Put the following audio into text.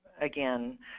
again